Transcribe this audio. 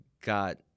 got